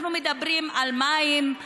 אנחנו מדברים על מים,